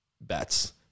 bets